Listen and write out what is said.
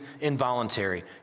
involuntary